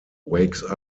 wakes